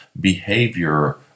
behavior